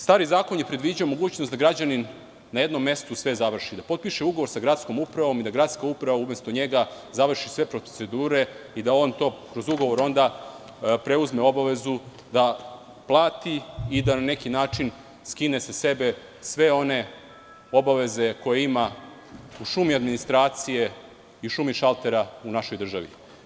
Stari zakon je predviđao mogućnost da građanin na jednom mestu sve završi, da potpiše ugovor sa gradskom upravom i da gradska uprava umesto njega završi sve procedure i da on kroz ugovor onda preuzme obavezu da plati i da na neki način skine sa sebe sve one obaveze koje ima u šumi administracije i u šumi šaltera u našoj državi.